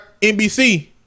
NBC